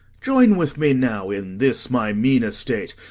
join with me now in this my mean estate,